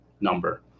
number